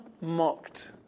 mocked